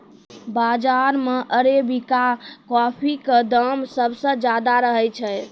बाजार मॅ arabica coffee के दाम सबसॅ ज्यादा रहै छै